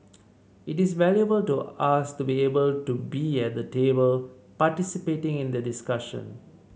it is very valuable to us to be able to be at the table participating in the discussion